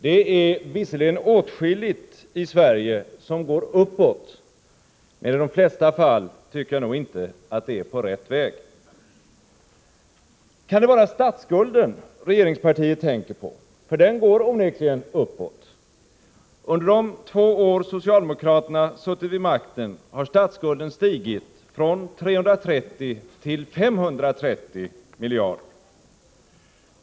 Det är visserligen åtskilligt i Sverige som går uppåt, men i de flesta fall tycker jag nog inte att det är rätt väg. Kan det vara statsskulden regeringspartiet tänker på? Den går onekligen uppåt. Under de två år socialdemokraterna suttit vid makten har statsskulden stigit från 330 till 530 miljarder kronor.